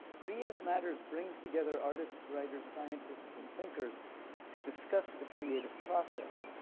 creative matters brings together artists, writers, scientists, and thinkers to discuss the creative process,